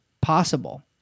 possible